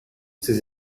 ces